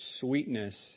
sweetness